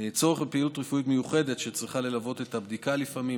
צורך בפעילות רפואית מיוחדת שצריכה ללוות את הבדיקה לפעמים,